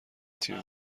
تیم